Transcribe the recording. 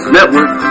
Network